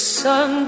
sun